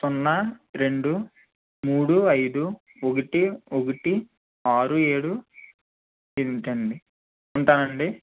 సున్నా రెండు మూడు ఐదు ఒకటి ఒకటి ఆరు ఏడు ఎనిమిదండి ఉంటానండి